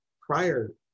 prior